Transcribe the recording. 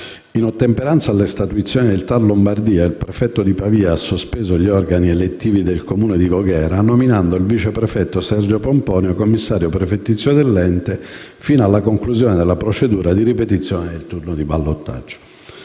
In ottemperanza alle statuizioni del TAR Lombardia, il prefetto di Pavia ha sospeso gli organi elettivi del Comune di Voghera, nominando il vice prefetto Sergio Pomponio commissario prefettizio dell'ente fino alla conclusione della procedura di ripetizione del turno di ballottaggio.